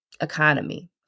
economy